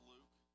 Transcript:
Luke